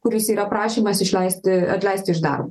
kuris yra prašymas išleisti atleisti iš darbo